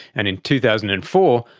and in two thousand and four,